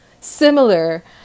similar